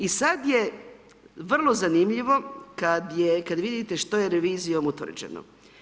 I sada je vrlo zanimljivo kada vidite što je revizijom utvrđeno.